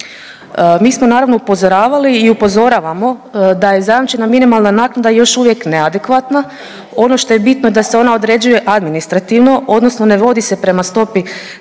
Mi smo naravno upozoravali i upozoravamo da je zajamčena minimalna naknada još uvijek neadekvatna. Ono što je bitno da se ona određuje administrativno odnosno ne vodi se prema stopi